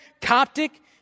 Coptic